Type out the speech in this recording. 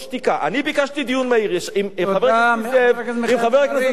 אני ביקשתי דיון מהיר, עם חבר הכנסת מקלב.